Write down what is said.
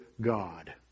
God